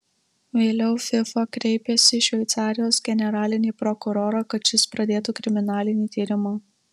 vėliau fifa kreipėsi į šveicarijos generalinį prokurorą kad šis pradėtų kriminalinį tyrimą